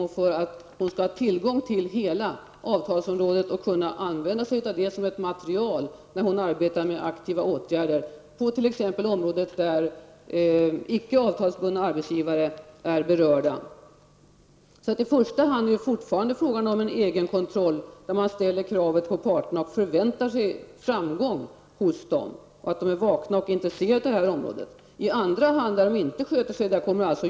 Hon skall på så sätt ha tillgång till hela avtalsområdet och kunna använda sig av det som ett material när hon arbetar med aktiva åtgärder på t.ex. området där icke avtalsbundna arbetsgivare är berörda. I första hand är det fortfarande fråga om en egenkontroll där man ställer krav på parterna och förväntar sig framgång hos dem, dvs. att de är vakna och intresserade av området. I andra hand, dvs. när de inte sköter sig, kommer JämO in.